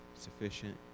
sufficient